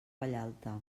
vallalta